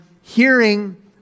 hearing